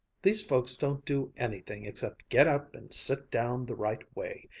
these folks don't do anything except get up and sit down the right way,